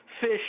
Fish